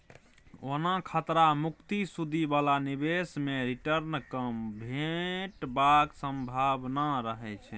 ओना खतरा मुक्त सुदि बला निबेश मे रिटर्न कम भेटबाक संभाबना रहय छै